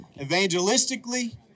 evangelistically